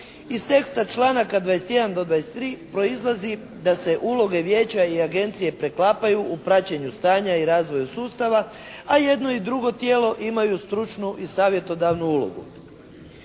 Iz teksta članaka 21. do 23. proizlazi da se uloge vijeća i agencije preklapaju u praćenju stanja i razvoju sustava a jedno i drugo tijelo imaju stručnu i savjetodavnu ulogu.